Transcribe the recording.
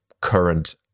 current